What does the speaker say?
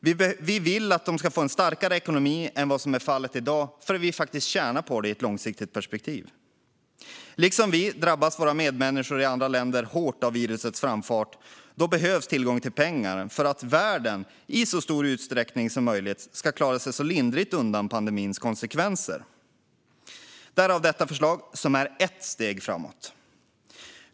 Vi vill att de ska få en starkare ekonomi än vad som är fallet i dag, eftersom vi tjänar på det i ett långsiktigt perspektiv. Liksom vi drabbas våra medmänniskor i andra länder hårt av virusets framfart. Då behövs tillgång till pengar för att världen i så stor utsträckning som möjligt ska klara sig lindrigt undan pandemins konsekvenser - därav detta förslag, som är ett steg framåt.